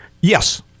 yes